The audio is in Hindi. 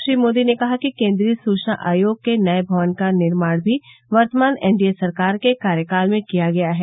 श्री मोदी ने कहा कि केन्द्रीय सूचना आयोग के नये भवन का निर्माण भी वर्तमान एन डी ए सरकार के कार्यकाल में किया गया है